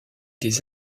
des